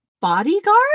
bodyguard